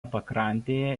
pakrantėje